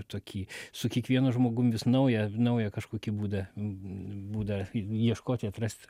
tokį su kiekvienu žmogum vis naują naują kažkokį būdą būdą ieškoti atrast